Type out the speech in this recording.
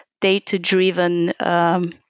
data-driven